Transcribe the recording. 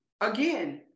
again